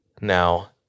now